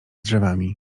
drzewami